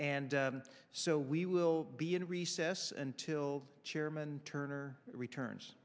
and so we will be in recess until chairman turner returns